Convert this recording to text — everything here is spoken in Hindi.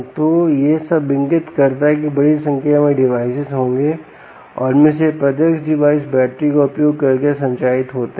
तो यह सब इंगित करता है कि बड़ी संख्या में डिवाइसिस होंगे और इनमें से प्रत्येक डिवाइस बैटरी का उपयोग करके संचालित होते हैं